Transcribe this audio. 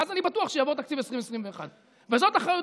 ואז אני בטוח שיעבור תקציב 2021. זאת אחריות